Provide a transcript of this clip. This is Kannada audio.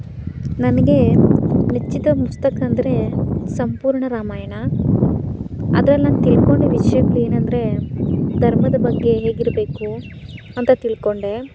ನನಗೆ ನೆಚ್ಚಿನ ಪುಸ್ತಕಂದರೆ ಸಂಪೂರ್ಣ ರಾಮಾಯಣ ಅದ್ರಲ್ಲಿ ನಾನು ತಿಳ್ಕೊಂಡ ವಿಷ್ಯಗ್ಳು ಏನೆಂದ್ರೆ ಧರ್ಮದ ಬಗ್ಗೆ ಹೇಗಿರಬೇಕು ಅಂತ ತಿಳ್ದ್ಕೊಂಡೆ